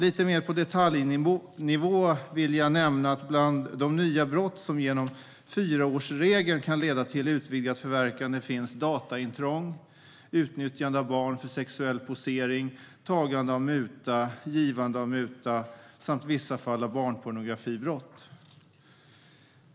Lite mer på detaljnivå vill jag nämna att bland de nya brott som genom fyraårsregeln kan leda till utvidgat förverkande finns dataintrång, utnyttjande av barn för sexuell posering, tagande av muta, givande av muta samt vissa fall av barnpornografibrott.